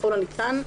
ככל הניתן,